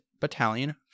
Battalion